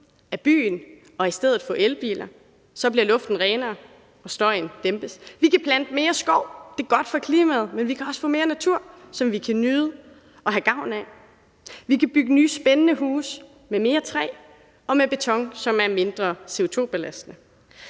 af byen og i stedet få elbiler, så luften bliver renere og støjen dæmpes. Vi kan plante mere skov. Det er godt for klimaet, men vi kan også få mere natur, som vi kan nyde og have gavn af. Vi kan bygge nye spændende huse med mere træ og med beton, som er mindre CO2-belastende.